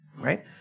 right